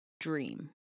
dream